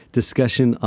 discussion